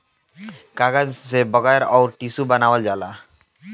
कागज से बैग अउर टिशू बनावल जाला